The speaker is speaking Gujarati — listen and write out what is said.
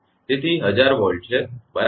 તેથી તે 1000 વોલ્ટ છે બરાબર